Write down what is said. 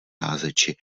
házeči